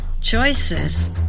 Choices